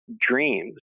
dreams